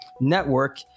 network